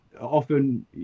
often